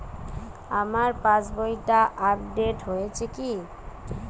আমার পাশবইটা আপডেট হয়েছে কি?